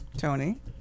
Tony